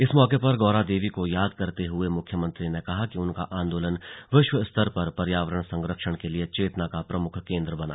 इस मौके पर गौरा देवी को याद करते हुए मुख्यमंत्री ने कहा कि उनका आन्दोलन विश्व स्तर पर पर्यावरण संरक्षण के लिए चेतना का प्रमुख कोन्द्र बना